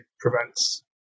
prevents